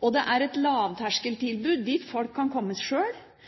Og det er et lavterskeltilbud, dit kan folk komme sjøl. De har restaurert et gammelt hus sjøl.